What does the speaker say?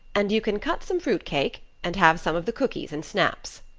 and you can cut some fruit cake and have some of the cookies and snaps.